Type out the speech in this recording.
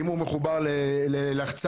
אם הוא מחובר ללחצן,